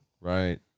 right